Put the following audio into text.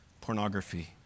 pornography